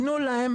תנו להם